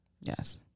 Yes